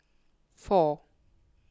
four